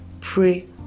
Pray